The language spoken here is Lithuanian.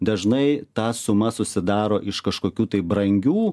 dažnai ta suma susidaro iš kažkokių tai brangių